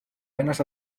penas